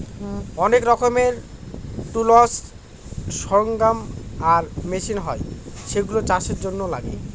অনেক রকমের টুলস, সরঞ্জাম আর মেশিন হয় যেগুলা চাষের জন্য লাগে